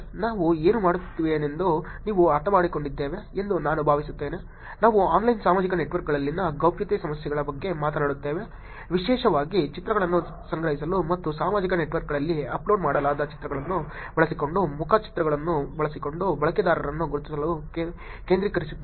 ನಾವು ಏನು ಮಾತನಾಡುತ್ತಿದ್ದೇವೆಂದು ನೀವು ಅರ್ಥಮಾಡಿಕೊಂಡಿದ್ದೇವೆ ಎಂದು ನಾನು ಭಾವಿಸುತ್ತೇನೆ ನಾವು ಆನ್ಲೈನ್ ಸಾಮಾಜಿಕ ನೆಟ್ವರ್ಕ್ಗಳಲ್ಲಿನ ಗೌಪ್ಯತೆ ಸಮಸ್ಯೆಗಳ ಬಗ್ಗೆ ಮಾತನಾಡುತ್ತೇವೆ ವಿಶೇಷವಾಗಿ ಚಿತ್ರಗಳನ್ನು ಸಂಗ್ರಹಿಸಲು ಮತ್ತು ಸಾಮಾಜಿಕ ನೆಟ್ವರ್ಕ್ಗಳಲ್ಲಿ ಅಪ್ಲೋಡ್ ಮಾಡಲಾದ ಚಿತ್ರಗಳನ್ನು ಬಳಸಿಕೊಂಡು ಮುಖ ಚಿತ್ರಗಳನ್ನು ಬಳಸಿಕೊಂಡು ಬಳಕೆದಾರರನ್ನು ಗುರುತಿಸಲು ಕೇಂದ್ರೀಕರಿಸಿದ್ದೇವೆ